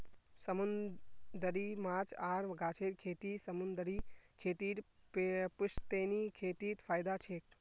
समूंदरी माछ आर गाछेर खेती समूंदरी खेतीर पुश्तैनी खेतीत फयदा छेक